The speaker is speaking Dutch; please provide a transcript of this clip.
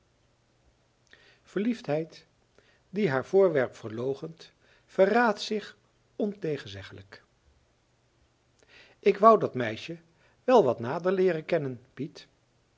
verliefdheid die haar voorwerp verloochent verraadt zich ontegenzeggelijk ik wou dat meisje wel wat nader leeren kennen